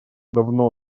давно